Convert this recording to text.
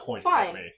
fine